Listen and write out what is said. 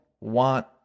want